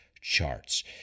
charts